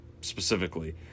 specifically